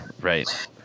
right